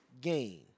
gain